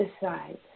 decides